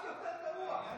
רק יותר גרוע.